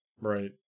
Right